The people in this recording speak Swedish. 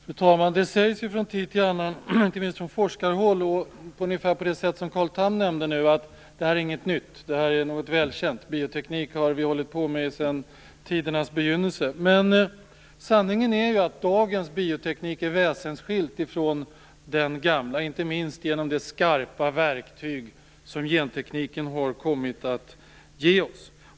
Fru talman! Det sägs från tid till annan, inte minst från forskarhåll - detta är väl ungefär vad Carl Tham nyss nämnde - att biotekniken inte är något nytt utan att den är något som är välkänt. Bioteknik har vi hållit på med sedan tidernas begynnelse. Men sanningen är att dagens bioteknik är väsensskild från den gamla, inte minst genom det skarpa verktyg som gentekniken kommit att ge oss.